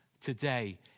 today